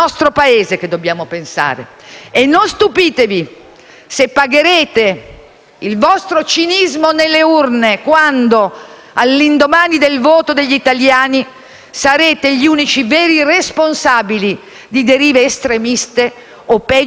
se pagherete il vostro cinismo nelle urne, quando, all'indomani del voto degli italiani, sarete gli unici veri responsabili di derive estremiste o, peggio, della massiccia astensione degli italiani dal voto.